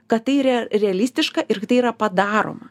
kad tai rea realistiška ir kad tai yra padaroma